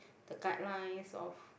the guidelines of